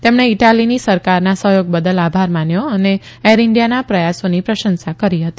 તેમણે ઈટાલીની સરકારના સફથોગ બદલ આભાર માન્યો હતો અને એર ઈન્ડિયાના પ્રથાસોની પ્રશંસા કરી હતી